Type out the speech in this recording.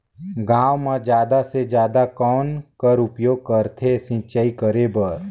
गांव म जादा से जादा कौन कर उपयोग करथे सिंचाई करे बर?